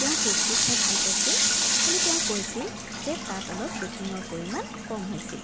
তেওঁ কে'কটো খাই ভাল পাইছিল খালি তেওঁ কৈছিল যে তাত অলপ বেকিঙৰ পৰিমাণ কম হৈছিল